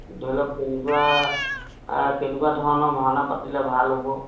ধৰি লওক কেনেকুৱা আ কেনেকুৱা ধৰণৰ ভাওনা পাতিলে ভাল হ'ব